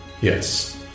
Yes